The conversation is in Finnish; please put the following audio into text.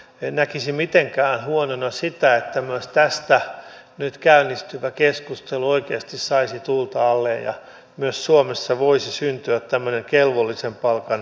en näkisi mitenkään huonona sitä että myös tästä nyt käynnistyvä keskustelu oikeasti saisi tuulta alleen ja myös suomessa voisi syntyä tämmöinen kelvollisen palkan alaraja